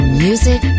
music